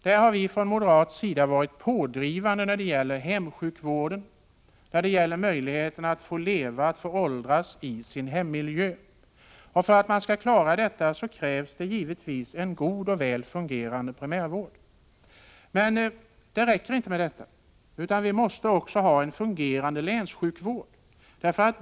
Där har vi från moderat sida varit pådrivande när det gäller hemsjukvården, möjligheten att få leva och åldras i sin hemmiljö. För att klara detta krävs givetvis en god och väl fungerande primärvård. Men det räcker inte med detta, utan vi måste också ha en fungerande länssjukvård.